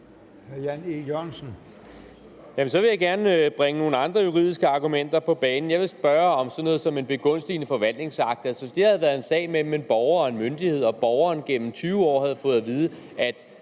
så vil jeg gerne bringe nogle andre juridiske argumenter på banen. Jeg vil spørge om sådan noget som en begunstigende forvaltningsakt. Altså, hvis det her havde været en sag imellem en borger og en myndighed og borgeren gennem 20 år havde fået at vide, at